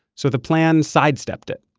so the plan sidestepped it,